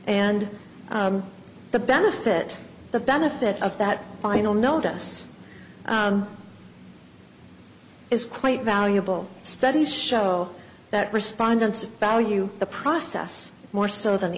and the benefit the benefit of that final notice is quite valuable studies show that respondents value the process more so than the